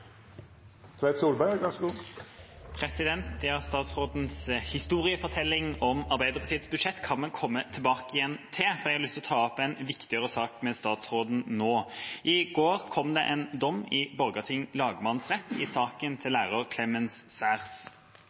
jeg har lyst til å ta opp en viktigere sak med statsråden nå. I går kom det en dom i Borgarting lagmannsrett, saken til lærer